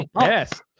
Yes